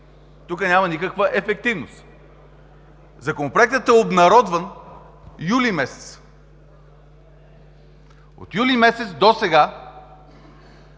тук няма никаква ефективност! Законопроектът е обнародван юли месец. От юли месец досега